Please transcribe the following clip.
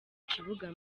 kibuga